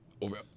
over